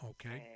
Okay